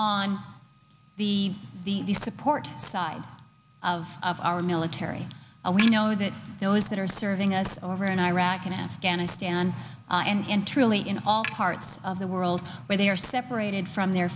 the the the support side of of our military and we know that those that are serving us over in iraq and afghanistan and truly in all parts of the world where they are separated from their